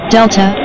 Delta